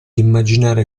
immaginare